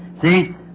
See